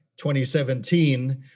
2017